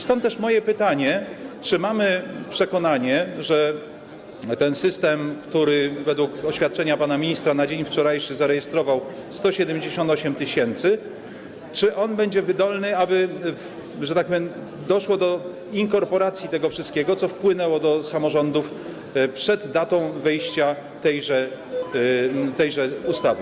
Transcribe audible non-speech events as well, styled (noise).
Stąd też moje pytanie: Czy mamy przekonanie, że ten system, który według oświadczenia pana ministra wczoraj zarejestrował 178 tys., będzie wydolny, aby że tak powiem, doszło do inkorporacji tego wszystkiego, co wpłynęło do samorządów przed datą wejścia (noise) tejże ustawy?